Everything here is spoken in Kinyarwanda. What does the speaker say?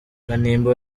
kanimba